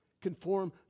conform